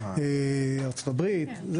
ארצות הברית,